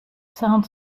sound